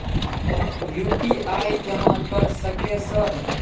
UPI जमा कर सके सर?